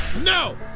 No